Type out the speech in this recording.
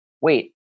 wait